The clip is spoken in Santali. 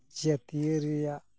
ᱡᱟᱹᱛᱤᱭᱟᱹᱨᱤ ᱨᱮᱭᱟᱜ